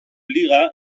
liga